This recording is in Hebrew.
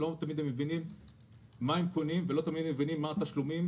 לא תמיד הם מבינים מה הם קונים ולא תמיד הם מבינים מה התשלומים.